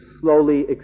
slowly